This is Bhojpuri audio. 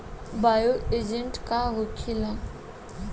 बायो एजेंट का होखेला?